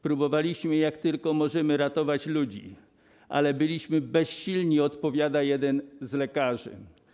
Próbowaliśmy, jak tylko mogliśmy, ratować ludzi, ale byliśmy bezsilni - opowiada jeden z lekarzy.